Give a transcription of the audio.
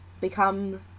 become